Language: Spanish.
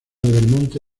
belmonte